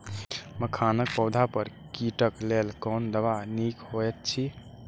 मखानक पौधा पर कीटक लेल कोन दवा निक होयत अछि?